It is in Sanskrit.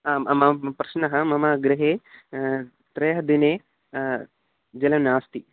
आम् मम प्रश्नः मम गृहे त्रयः दिने जलं नास्ति